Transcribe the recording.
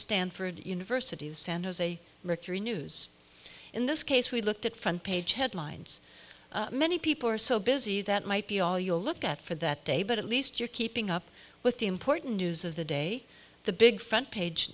stanford university of san jose mercury news in this case we looked at front page headlines many people are so busy that might be all you look at for that day but at least you're keeping up with the important news of the day the big front page